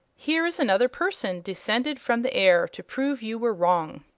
here is another person descended from the air to prove you were wrong.